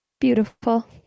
Beautiful